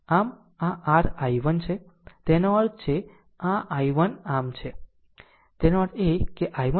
આમ આ r I1 છે તેનો અર્થ છે અને આ I1 આમ છે તેનો અર્થ એ કે I1 નાનું I1 છે